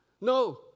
No